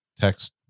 text